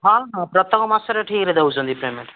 ହଁ ହଁ ପ୍ରଥମ ମାସରେ ଠିକ୍ରେ ଦେଉଛନ୍ତି ପେମେଣ୍ଟ୍